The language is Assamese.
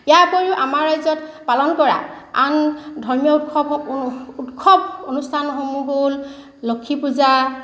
ইয়াৰ উপৰিও আমাৰ ৰাজ্যত পালন কৰা আন ধৰ্মীয় উৎসৱ উৎসৱ অনুষ্ঠানসমূহ হ'ল লক্ষী পূজা